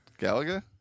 Galaga